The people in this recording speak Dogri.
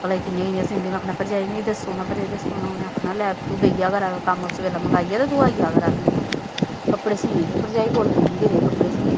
भलां एह् कियां कियां सींदी में आखना भरजाई मिगी दस्सो हां भरजाई मिगी दस्सो हां उनें आखना ले तू बेही जा करा कर तू आई आ करा कर कम्म सवेला मकाइयै ते तू आई आ करा कर कपड़े सीने गी में भरजाई कोल बेही जंदी रेही कपड़े सीने गी